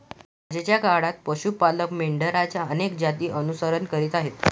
आजच्या काळात पशु पालक मेंढरांच्या अनेक जातींचे अनुसरण करीत आहेत